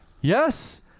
Yes